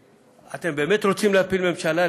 אתם באמת רוצים להפיל ממשלה,